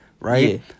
right